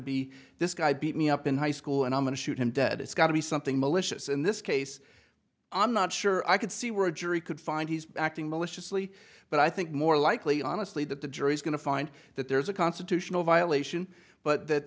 be this guy beat me up in high school and i'm going to shoot him dead it's got to be something malicious in this case i'm not sure i could see where a jury could find he's acting maliciously but i think more likely honestly that the jury's going to find that there's a constitutional violation but that